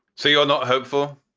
so you're not hopeful?